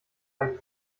ein